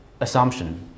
assumption